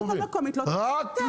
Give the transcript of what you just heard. הרשות המקומית לא תיתן היתר,